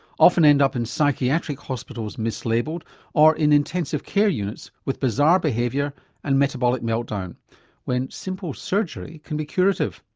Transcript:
often end up in psychiatric hospitals mislabelled or in intensive care units with bizarre behaviour and metabolic meltdown when a simple surgery can be curative.